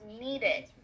needed